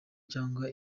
cyangwa